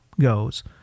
goes